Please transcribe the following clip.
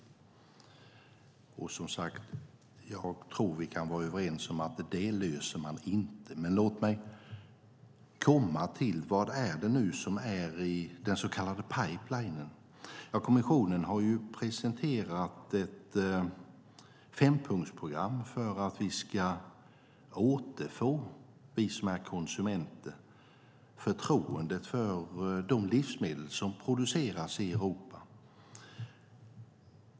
Jag tror som sagt att vi kan vara överens om att det löser man inte med märkning. Men låt mig komma till vad det är som nu är i den så kallade pipelinen. Kommissionen har ju presenterat ett fempunktsprogram för att vi som är konsumenter ska återfå förtroendet för de livsmedel som produceras i Europa.